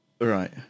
Right